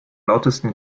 lautesten